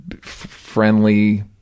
friendly